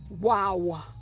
wow